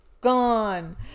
Gone